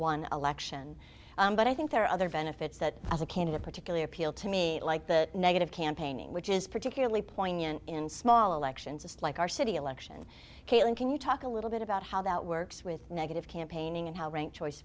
dollar election but i think there are other benefits that as a candidate particularly appeal to me like that negative campaigning which is particularly poignant in small elections just like our city election kalen can you talk a little bit about how that works with negative campaigning and how rank choice